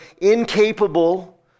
incapable